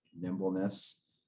nimbleness